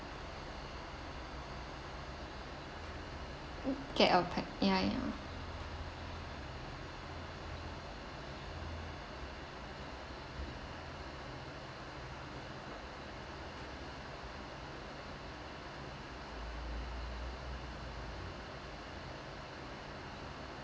okay ya ya